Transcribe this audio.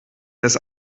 des